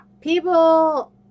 People